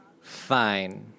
Fine